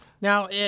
Now